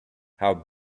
how